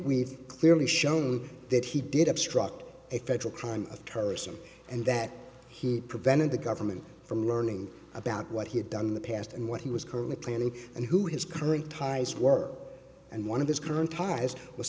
we've clearly shown that he did obstruct a federal crime of terrorism and that he prevented the government from learning about what he had done in the past and what he was currently planning and who his current ties were and one of his current ties w